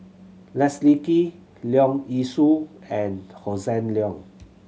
Leslie Kee Leong Yee Soo and Hossan Leong